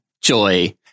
Joy